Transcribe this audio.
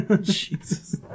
Jesus